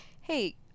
hey